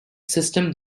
system